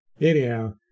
Anyhow